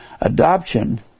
Adoption